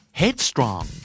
headstrong